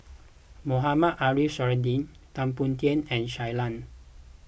Mohamed Ariff Suradi Tan Boon Teik and Shui Lan